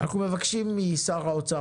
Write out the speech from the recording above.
אנחנו מבקשים משר האוצר,